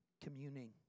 communing